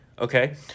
okay